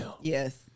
Yes